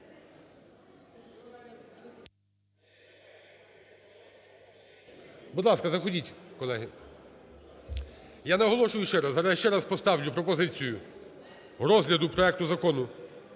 Будь ласка, заходьте, колеги. Я наголошую ще раз, зараз я ще раз поставлю пропозицію розгляду проекту закону